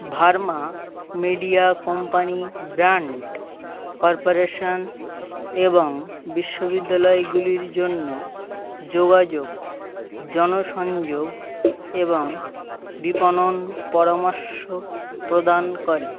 Verma media company brand corporation এবং বিশ্ববিদ্যালয়গুলির জন্য যোগাযোগ জনসংযোগ এবং বিপণন পরামর্শ প্রদান করে